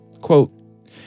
Quote